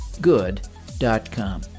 good.com